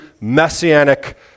Messianic